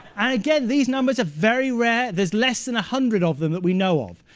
and again these numbers are very rare. there's less than a hundred of them that we know of.